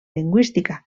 lingüística